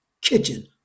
kitchen